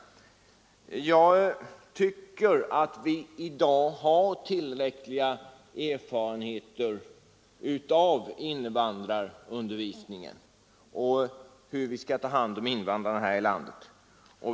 Jag tycker att vi i dag har tillräckliga erfarenheter från invandrarundervisningen och vet, hur vi i vårt land skall ta hand om invandrarna.